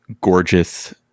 gorgeous